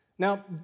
Now